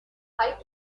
high